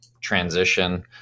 transition